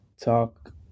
talk